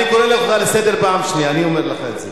אני קורא אותך לסדר פעם שנייה, אני אומר לך את זה.